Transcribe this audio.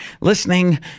listening